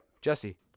jesse